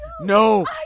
No